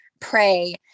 pray